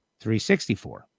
364